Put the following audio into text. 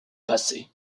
passé